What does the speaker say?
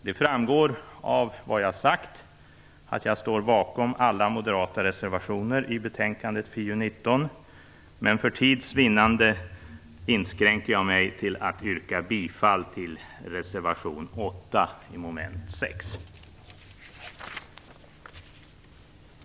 Det framgår av vad jag sagt att jag står bakom alla moderata reservationer till betänkande FiU19, men för tids vinnande inskränker jag mig till att yrka bifall till reservation 8, som gäller mom. 6 i utskottets hemställan.